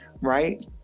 right